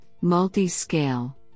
Multi-Scale